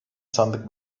sandık